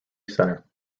centre